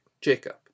Jacob